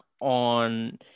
on